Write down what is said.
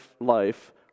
life